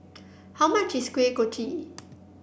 how much is Kuih Kochi